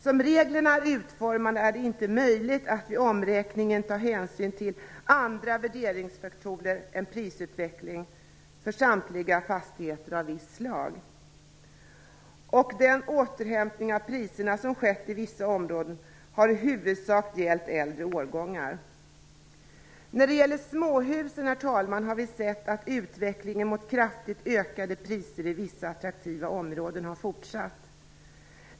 Som reglerna är utformade är det inte möjligt att vid omräkningen ta hänsyn till andra värderingsfaktorer än prisutveckling för samtliga fastigheter av visst slag. Den återhämtning av priserna som skett i vissa områden har i huvudsak gällt äldre årgångar. När det gäller småhusen, herr talman, har vi sett att utvecklingen mot kraftigt ökade priser i vissa, attraktiva områden har fortsatt.